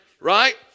right